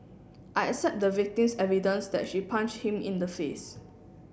I accept the victim's evidence that she punched him in the face